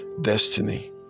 destiny